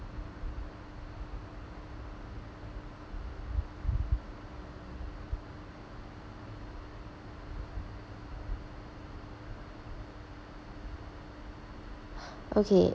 okay